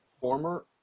Former